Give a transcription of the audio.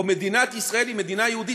או מדינת ישראל, היא מדינה יהודית.